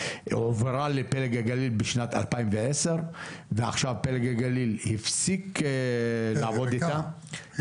הועברה לפלג הגליל בשנת 2010 ועכשיו פלג הגליל הפסיק לעבוד איתה.